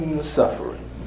suffering